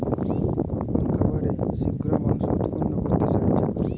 কোন খাবারে শিঘ্র মাংস উৎপন্ন করতে সাহায্য করে?